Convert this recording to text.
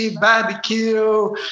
barbecue